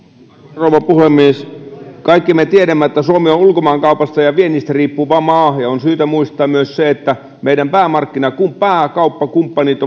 rouva puhemies kaikki me tiedämme että suomi on ulkomaankaupasta ja viennistä riippuva maa ja on syytä muistaa myös se että meidän pääkauppakumppanit